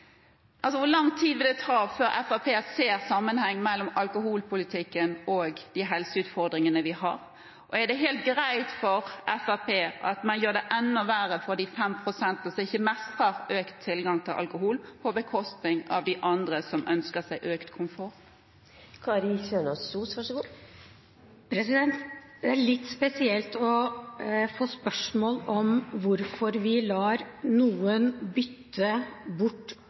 Hvor lang tid vil det ta før Fremskrittspartiet ser sammenhengen mellom alkoholpolitikken og de helseutfordringene vi har? Er det helt greit for Fremskrittspartiet at man gjør det enda verre for de fem prosentene som ikke mestrer økt tilgang til alkohol, på bekostning av de andre som ønsker seg økt komfort? Det er litt spesielt å få spørsmål om hvorfor vi lar noen bytte bort